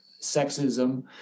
sexism